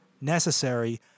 necessary